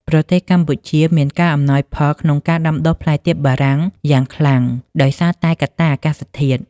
ប្រទេសកម្ពុជាមានការអំណោយផលក្នុងការដាំដុះផ្លែទៀបបារាំងយ៉ាងខ្លាំង ដោយសារតែកត្តាអាកាសធាតុ។